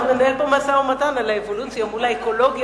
אנחנו ננהל פה משא-ומתן על האבולוציה מול האקולוגיה,